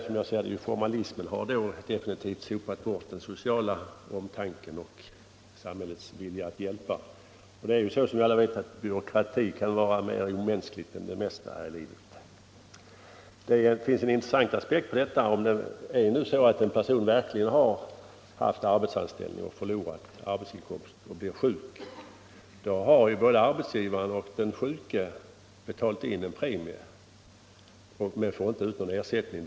Som jag ser det har formalismen då sopat bort den sociala omtanken och samhällets vilja att hjälpa. Som alla vet kan byråkrati vara mer omänsklig än det mesta här i livet. Det finns en speciellt intressant aspekt på denna fråga. Om en person verkligen har haft anställning och förlorat arbetsinkomsten för att han blivit sjuk, så har både arbetsgivaren och den sjuke betalat in premier men får inte ut någon ersättning.